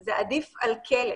זה עדיף על כלא,